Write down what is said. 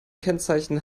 kennzeichen